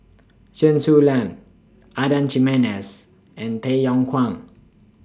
Chen Su Lan Adan Jimenez and Tay Yong Kwang